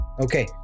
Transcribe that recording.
okay